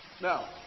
Now